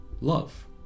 love